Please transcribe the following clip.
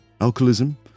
alcoholism